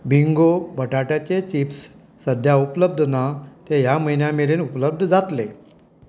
Bingo बटाट्याचे chips सद्या उपलब्ध ना ते ह्या म्हयन्या मेरेन उपलब्ध जातले